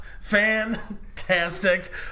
Fantastic